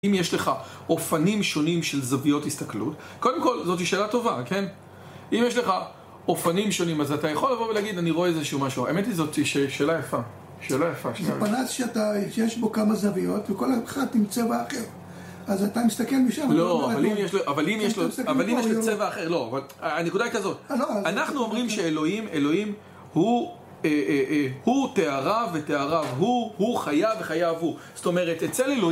אם יש לך אופנים שונים של זוויות הסתכלות? קודם כל, זאתי שאלה טובה, כן? אם יש לך אופנים שונים אז אתה יכול לבוא ולהגיד, אני רואה איזה שהוא משהו, האמת היא זאת שאלה יפה, שאלה יפה. זה פנס שאתה... יש בו כמה זוויות, וכל אחת עם צבע אחר. אז אתה מסתכל משם... לא, אבל אם יש לו צבע אחר, לא... הנקודה היא כזאת, אנחנו אומרים שאלוהים הוא תאריו ותאריו הוא, הוא חייו וחייו הוא זאת אומרת, אצל אלוהים